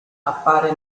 appare